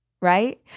right